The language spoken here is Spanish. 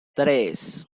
tres